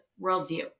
worldview